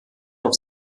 auf